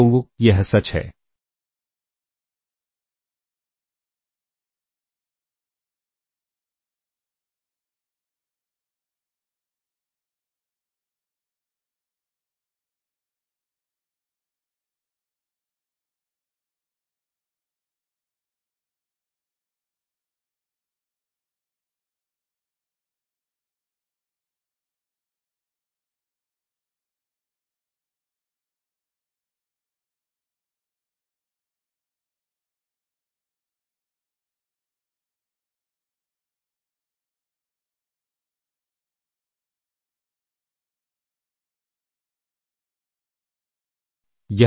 तो यह सच है